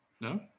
No